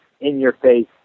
in-your-face